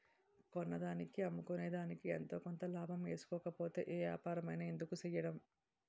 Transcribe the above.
కొన్నదానికి అమ్ముకునేదికి ఎంతో కొంత లాభం ఏసుకోకపోతే ఏ ఏపారమైన ఎందుకు సెయ్యడం?